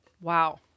Wow